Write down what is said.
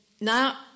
now